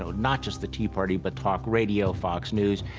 so not just the tea party, but talk radio, fox news,